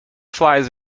flies